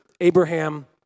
Abraham